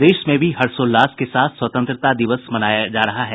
प्रदेश में भी हर्षोल्लास के साथ स्वतंत्रता दिवस मनाया जा रहा है